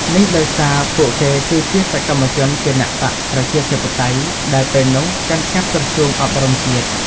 នេះដោយសារពួកគេគឺជាសកម្មជនគណបក្សប្រជាធិបតេយ្យ ដែលពេលនោះ កាន់កាប់ក្រសួងអប់រំជាតិ។